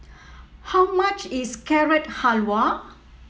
how much is Carrot Halwa